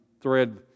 thread